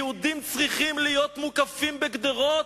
יהודים צריכים להיות מוקפים בגדרות?